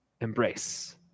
embrace